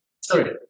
Sorry